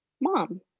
mom